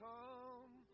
Come